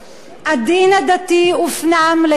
הדין הדתי הופנם לתוך החוק